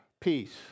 peace